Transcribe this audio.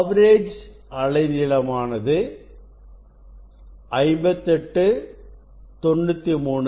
average அலை நீளமானது 5893Armstrong